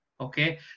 Okay